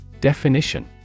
Definition